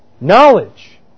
knowledge